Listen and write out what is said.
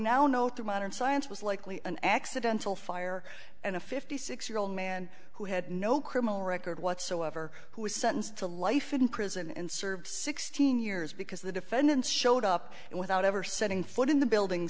now know through modern science was likely an accidental fire and a fifty six year old man who had no criminal record whatsoever who was sentenced to life in prison and served sixteen years because the defendants showed up and without ever setting foot in the building